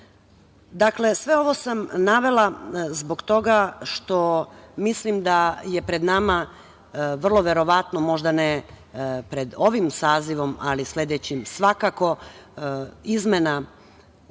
8.Dakle, sve ovo sam navela zbog toga što mislim da je pred nama vrlo verovatno, možda ne pred ovim sazivom, ali sledećim svakako, izmena